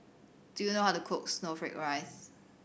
do you know how to cook snowflake ice